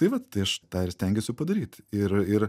tai vat tai aš tą ir stengiuosi padaryt ir ir